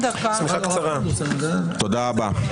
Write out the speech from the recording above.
תודה רבה.